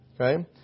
okay